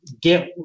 get